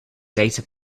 data